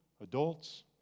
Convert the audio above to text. adults